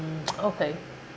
okay